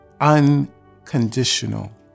Unconditional